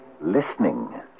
listening